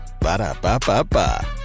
Ba-da-ba-ba-ba